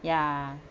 ya